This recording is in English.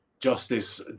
justice